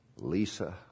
Lisa